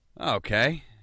Okay